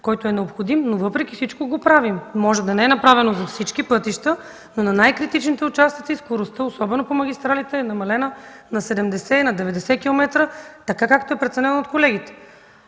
финансов ресурс, но въпреки всичко го правим. Може да не е направено за всички пътища, но на най-критичните участъци скоростта, особено по магистралите, е намалена на 80 и 90 км така, както е преценено от колегите.